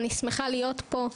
ואני שמחה להיות פה.